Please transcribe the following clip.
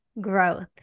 growth